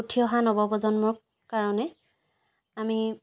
উঠি অহা নৱপ্ৰজন্মৰ কাৰণে আমি